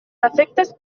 efectes